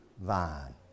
vine